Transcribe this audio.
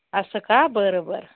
असं का बरं बरं